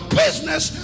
business